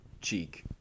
cheek